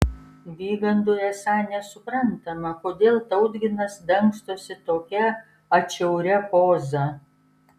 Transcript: vygandui esą nesuprantama kodėl tautginas dangstosi tokia atšiauria poza